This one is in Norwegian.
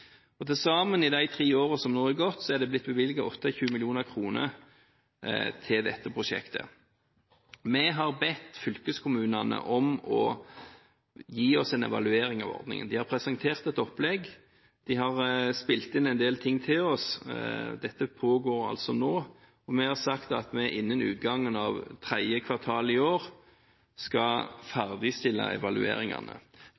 brukerne. Til sammen i de tre årene som nå har gått, er det blitt bevilget 28 mill. kr til dette prosjektet. Vi har bedt fylkeskommunene om å gi oss en evaluering av ordningen. De har presentert et opplegg, og de har spilt inn en del ting til oss. Dette pågår altså nå, og vi har sagt at vi innen utgangen av tredje kvartal i år skal